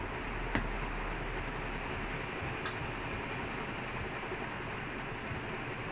ya and err I remember err you clash by hoffenheim